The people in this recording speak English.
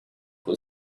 who